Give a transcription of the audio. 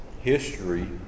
history